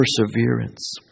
perseverance